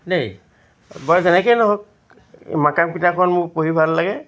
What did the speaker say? দেই বাৰু যেনেকেই নহওক মাকাম কিতাপখন মোৰ পঢ়ি ভাল লাগে